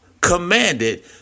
commanded